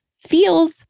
feels